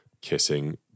kissing